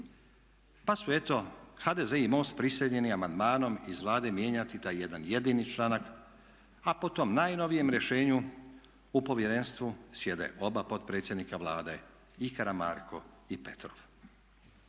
pa su eto HDZ i MOST prisiljeni amandmanom iz Vlade mijenjati taj jedan jedini članak a po tom najnovijem rješenju u povjerenstvu sjede oba potpredsjednika Vlade i Karamarko i Petrov.